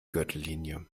gürtellinie